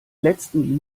letzten